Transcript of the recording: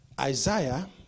Isaiah